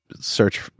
search